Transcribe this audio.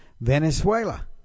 Venezuela